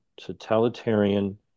totalitarian